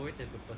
we